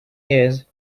years